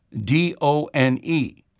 D-O-N-E